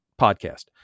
podcast